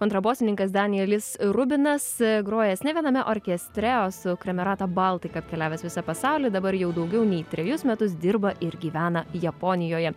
kontrabosininkas danielis rubinas grojęs ne viename orkestre su kramerata baltika apkeliavęs visą pasaulį dabar jau daugiau nei trejus metus dirba ir gyvena japonijoje